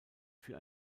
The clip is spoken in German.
für